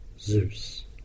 Zeus